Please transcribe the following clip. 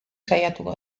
saiatuko